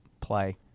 play